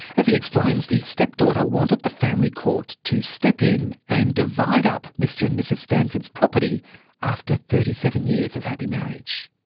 as he explains, the stepdaughter wanted the family court to step in and divide up mr and mrs stanford's property after thirty seven years of happy marriage.